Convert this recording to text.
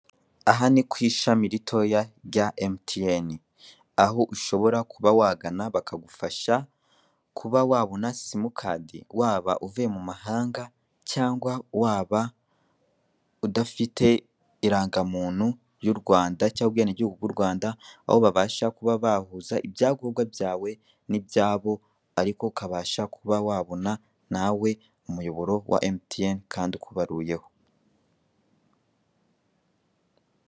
Aha ni ku ishami ritoya rya MTN, aho ushobora kuba wagana bakagufasha kuba wabona simukadi, waba uvuye mu mahanga cyangwa waba udafite irangamuntu y'u Rwanda cyangwa ubwenegihugu bw'u Rwanda, aho babasha kuba bahuza ibyangombwa byawe n'ibyabo ariko ukabasha kuba wabona nawe umuyoboro wa MTN kandi ukubaruyeho.